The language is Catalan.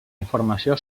informació